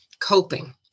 coping